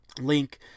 link